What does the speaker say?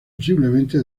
posiblemente